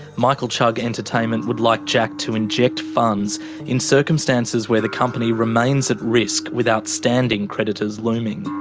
michael chugg entertainment would like jack to inject funds in circumstances where the company remains at risk with outstanding creditors looming.